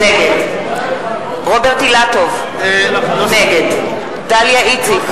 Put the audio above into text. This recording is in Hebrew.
נגד רוברט אילטוב, נגד דליה איציק,